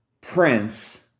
prince